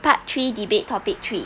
part three debate topic three